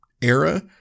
era